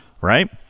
right